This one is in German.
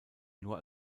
nur